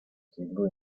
siglo